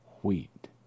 wheat